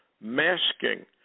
masking